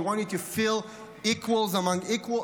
We want you to feel equal among equals,